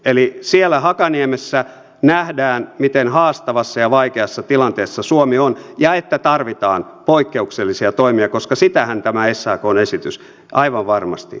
eli siellä hakaniemessä nähdään miten haastavassa ja vaikeassa tilanteessa suomi on ja että tarvitaan poikkeuksellisia toimia koska sitähän tämä sakn esitys aivan varmasti on